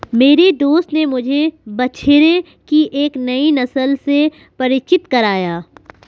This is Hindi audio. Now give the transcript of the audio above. मेरे दोस्त ने मुझे बछड़े की एक नई नस्ल से परिचित कराया